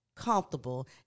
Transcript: comfortable